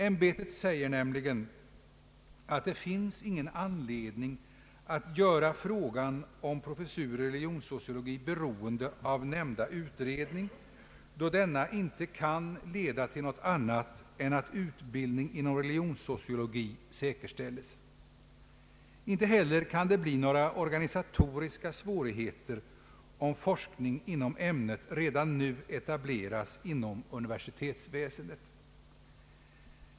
ämbetet säger nämligen att det finns ingen anledning att göra frågan om professuren i religionssociologi beroende av nämnda utredning, då denna inte kan leda till något annat än att utbildning i religionssociologi säkerställes. Inte heller kan det bli några organisatoriska svårigheter om forskning i ämnet redan nu etableras inom universitetsväsendet.